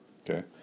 okay